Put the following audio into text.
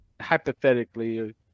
hypothetically